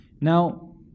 Now